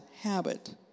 habit